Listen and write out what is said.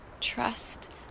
Trust